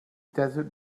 desert